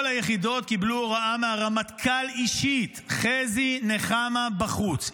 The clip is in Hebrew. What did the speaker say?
כל היחידות קיבלו הוראה מהרמטכ"ל אישית: חזי נחמה בחוץ.